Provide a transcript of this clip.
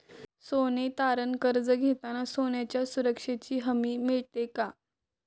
सोने तारण कर्ज घेताना सोन्याच्या सुरक्षेची हमी मिळते का?